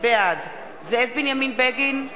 בעד זאב בנימין בגין,